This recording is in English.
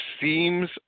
seems